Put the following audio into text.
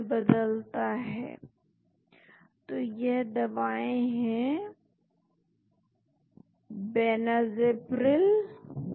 तो हम pharmacophore modelling कर सकते हैं यह एक बहुत ही शक्तिशाली हथियार है जो कि एक लाइगैंड के समूह की समान विशेषताओं को पहचान सकता है जो कि वैसे बहुत ही अलग लग सकती हैं लेकिन फार्मकोफोर मॉडलिंग सॉफ्टवेयर इन को पहचान सकता है